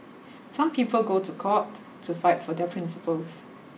some people go to court to fight for their principles